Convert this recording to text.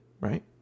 right